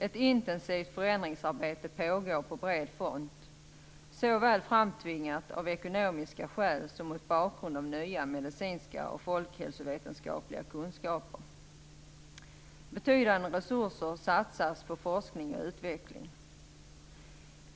Ett intensivt förändringsarbete pågår på bred front, framtvingat såväl av ekonomiska skäl som mot bakgrund av nya medicinska och folkhälsovetenskapliga kunskaper. Betydande resurser satsas på forskning och utveckling.